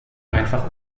einfach